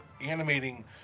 animating